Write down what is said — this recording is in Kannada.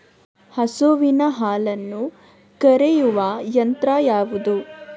ಹಸುವಿನ ಹಾಲನ್ನು ಕರೆಯುವ ಯಂತ್ರ ಯಾವುದು?